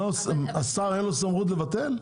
השר אין לו סמכות לבטל?